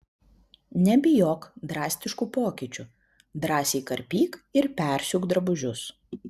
nebijok drastiškų pokyčių drąsiai karpyk ir persiūk drabužius